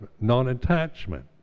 non-attachment